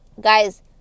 guys